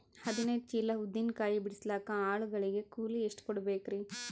ಹದಿನೈದು ಚೀಲ ಉದ್ದಿನ ಕಾಯಿ ಬಿಡಸಲಿಕ ಆಳು ಗಳಿಗೆ ಕೂಲಿ ಎಷ್ಟು ಕೂಡಬೆಕರೀ?